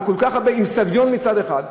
עם סביון מצד אחד,